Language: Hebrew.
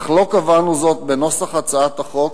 אך לא קבענו זאת בנוסח הצעת החוק,